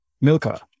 Milka